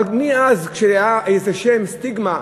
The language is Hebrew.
אבל מאז שהיה איזה שם, סטיגמה,